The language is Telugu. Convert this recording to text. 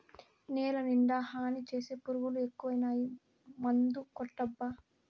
నేలనిండా హాని చేసే పురుగులు ఎక్కువైనాయి మందుకొట్టబ్బా